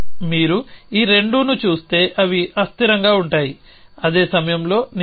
మీరు ఈ రెండుని చూస్తే అవి అస్థిరంగా ఉంటాయి అదే సమయంలో నిజం కాదు